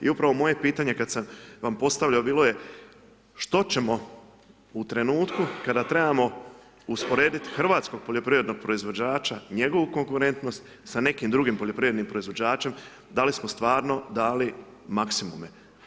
I upravo moje pitanje, kada sam vam ga postavio, bio je što ćemo u trenutku, kada trebamo usporediti hrvatskog poljoprivrednog proizvođača i njegovu konkurentnost s nekim drugim poljoprivrednim proizvođačem da li smo stvarno dali maksimume.